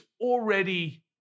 already